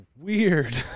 weird